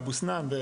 אבו-סנאן,